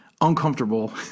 uncomfortable